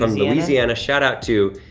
louisiana, shout-out to